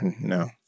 No